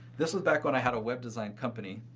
this was back when i had a web design company.